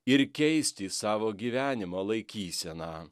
ir keisti savo gyvenimo laikyseną